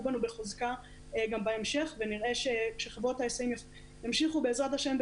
בנו בחוזקה גם בהמשך ונראה - חברות ההיסעים ימשיכו בעזרת השם,